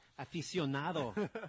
Aficionado